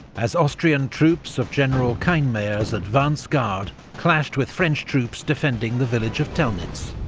as austrian troops of general kienmayer's advance guard clashed with french troops defending the village of telnitz.